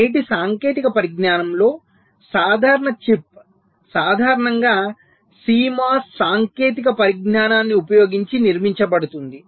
నేటి సాంకేతిక పరిజ్ఞానంలో సాధారణ చిప్ సాధారణంగా CMOS సాంకేతిక పరిజ్ఞానాన్ని ఉపయోగించి నిర్మించబడుతుంది